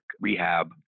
rehab